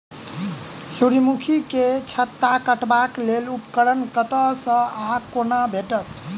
सूर्यमुखी केँ छत्ता काटबाक लेल उपकरण कतह सऽ आ कोना भेटत?